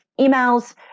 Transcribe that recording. emails